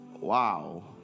Wow